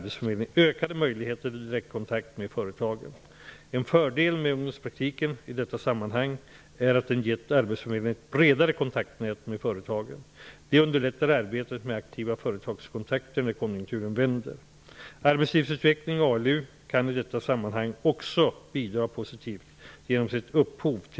En fördel med ungdomspraktiken, i detta sammanhang, är att den gett arbetsförmedlingen ett bredare kontaktnät med företagen. Det underlättar arbetet med aktiva företagskontakter när konjunkturen vänder. Arbetslivsutveckling kan i detta sammanhang också bidra positivt genom sitt upphov till en mångfald av idéer och initiativ.